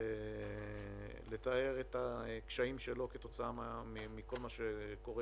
לתאר את הקשיים שלו כתוצאה מכול מה שקורה